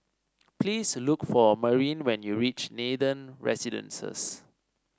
please look for Marin when you reach Nathan Residences